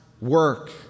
work